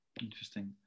interesting